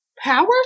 power